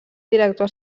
director